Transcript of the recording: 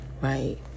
right